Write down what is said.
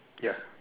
ya